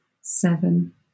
seven